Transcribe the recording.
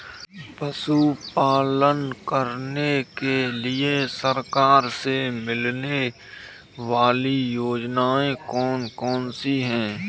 पशु पालन करने के लिए सरकार से मिलने वाली योजनाएँ कौन कौन सी हैं?